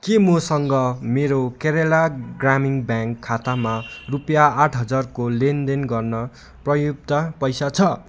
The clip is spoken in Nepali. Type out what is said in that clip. के मसँग मेरो केरला ग्रामीण ब्याङ्क खातामा रुपियाँ आठ हजारको लेनदेन गर्न पर्याप्त पैसा छ